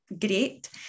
great